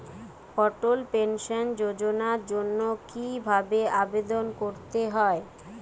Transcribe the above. অটল pension যোজনার জন্য কি ভাবে আবেদন করতে হয়?